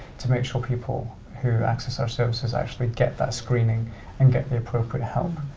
to make sure people who access our services actually get that screening and get the appropriate help.